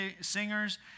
singers